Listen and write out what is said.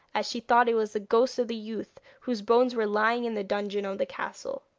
as she thought it was the ghost of the youth whose bones were lying in the dungeon of the castle.